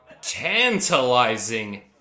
tantalizing